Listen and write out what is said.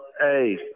Hey